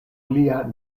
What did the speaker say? lia